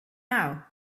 now